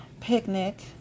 picnic